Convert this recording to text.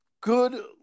Good